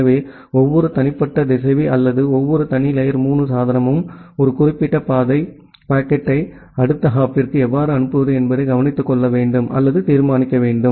எனவே ஒவ்வொரு தனிப்பட்ட திசைவி அல்லது ஒவ்வொரு தனி லேயர் 3 சாதனமும் ஒரு குறிப்பிட்ட பாதை பாக்கெட்டை அடுத்த ஹாப்பிற்கு எவ்வாறு அனுப்புவது என்பதை கவனத்தில் கொள்ள வேண்டும் அல்லது தீர்மானிக்க வேண்டும்